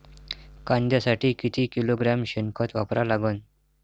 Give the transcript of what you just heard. कांद्यासाठी किती किलोग्रॅम शेनखत वापरा लागन?